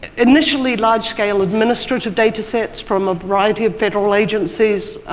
and initially large-scale administrative data sets from a variety of federal agencies